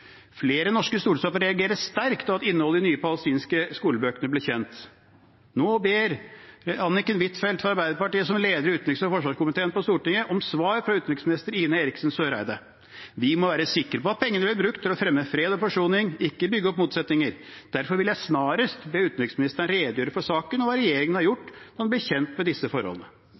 norske stortingstopper reagerer sterkt etter at innholdet i de nye palestinske skolebøkene ble kjent. Nå ber Anniken Huitfeldt , som leder utenriks- og forsvarskomiteen på Stortinget, om svar fra utenriksminister Ine Eriksen Søreide. – Vi må være sikre på at pengene blir brukt til å fremme fred og forsoning, ikke til å bygge opp motsetninger. Derfor vil jeg snarest be utenriksministeren redegjøre for saken og hva regjeringen har gjort da de ble kjent med disse forholdene.